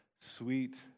sweet